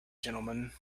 gentlemen